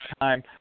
Time